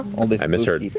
i misheard.